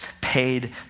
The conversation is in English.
paid